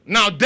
Now